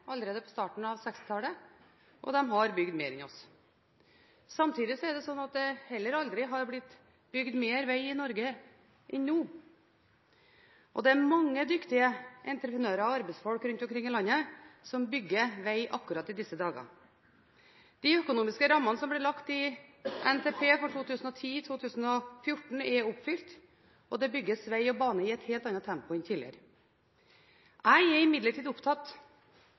allerede på 1960-tallet, og de har bygd mer enn oss. Samtidig er det slik at det heller aldri har blitt bygd mer veg i Norge enn nå. Det er mange dyktige entreprenører og arbeidsfolk rundt omkring i landet som bygger veg akkurat i disse dager. De økonomiske rammene som ble lagt i NTP for 2010–2014, er oppfylt, og det bygges veg og bane i et helt annet tempo enn tidligere. Jeg er imidlertid opptatt